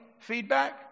feedback